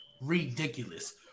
Ridiculous